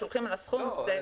שהולכים על הסכום הזה.